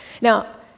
Now